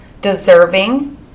deserving